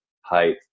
height